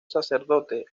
sacerdote